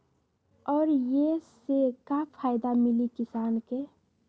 और ये से का फायदा मिली किसान के?